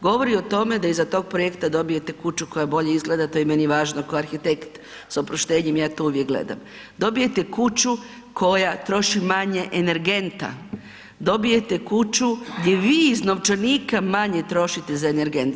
Govori o tome da iza toga projekta dobijete kuću koja bolje izgleda, to je meni važno kao arhitekt, sa oproštenjem, ja to uvijek gledam, dobijete kuću koja troši manje energenta, dobijete kuću di vi iz novčanika manje trošite za energent.